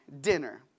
dinner